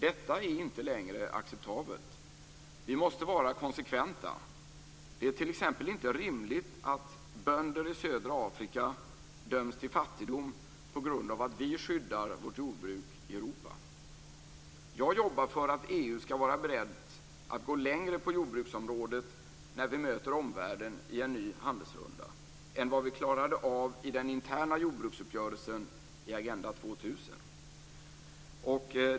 Detta är inte längre acceptabelt. Vi måste vara konsekventa. Det är t.ex. inte rimligt att bönder i södra Afrika döms till fattigdom på grund av att vi skyddar vårt jordbruk i Europa. Jag jobbar för att EU skall vara berett att gå längre på jordbruksområdet när vi möter omvärlden i en ny handelsrunda än vad vi klarade av i den interna jordbruksuppgörelsen i Agenda 2000.